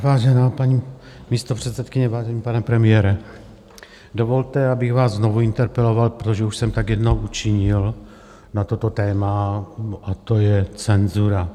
Vážená paní místopředsedkyně, vážený pane premiére, dovolte, abych vás znovu interpeloval, protože už jsem tak jednou učinil na toto téma, a to je cenzura.